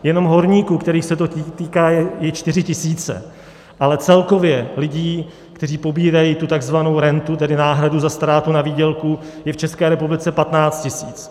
Jenom horníků, kterých se to týká, jsou 4 tisíce, ale celkově lidí, kteří pobírají tu takzvanou rentu, tedy náhradu za ztrátu na výdělku, je v České republice 15 tisíc.